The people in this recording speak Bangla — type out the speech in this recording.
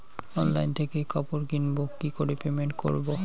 অনলাইন থেকে কাপড় কিনবো কি করে পেমেন্ট করবো?